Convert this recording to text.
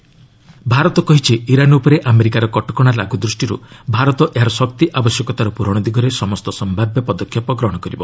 MEA Iran କାକିର୍ ନାୟକ୍ ଭାରତ କହିଛି ଇରାନ୍ ଉପରେ ଆମେରିକାର କଟକଣା ଲାଗୁ ଦୃଷ୍ଟିରୁ ଭାରତ ଏହାର ଶକ୍ତି ଆବଶ୍ୟକତାର ପ୍ରରଣ ଦିଗରେ ସମସ୍ତ ସମ୍ଭାବ୍ୟ ପଦକ୍ଷେପ ଗ୍ରହଣ କରିବ